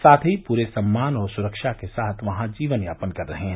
साथ ही पूरे सम्मान और सुरक्षा के साथ वहा जीवन यापन कर रहे हैं